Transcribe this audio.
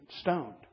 stoned